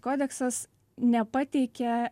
kodeksas nepateikia